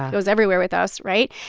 goes everywhere with us, right?